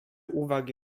uwagi